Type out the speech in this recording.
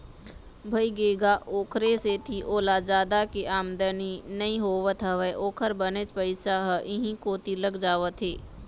भइगे गा ओखरे सेती ओला जादा के आमदानी नइ होवत हवय ओखर बनेच पइसा ह इहीं कोती लग जावत हे